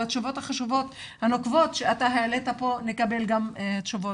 השאלות החשובות והנוקבות שהעלית פה נקבל גם תשובות.